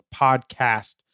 podcast